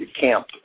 camp